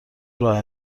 راه